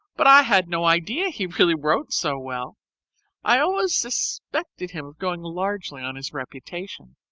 but i had no idea he really wrote so well i always suspected him of going largely on his reputation.